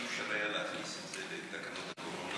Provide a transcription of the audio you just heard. אבל לא היה אפשר להכניס את זה לתקנות הקורונה,